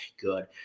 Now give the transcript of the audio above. Good